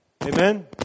Amen